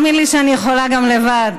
תאמין לי שאני יכולה גם לבד.